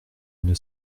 une